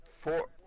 Four